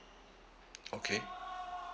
okay